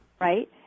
right